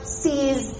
sees